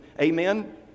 Amen